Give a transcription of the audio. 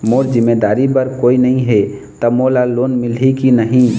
मोर जिम्मेदारी बर कोई नहीं हे त मोला लोन मिलही की नहीं?